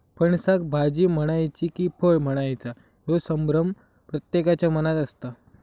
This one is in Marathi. फणसाक भाजी म्हणायची कि फळ म्हणायचा ह्यो संभ्रम प्रत्येकाच्या मनात असता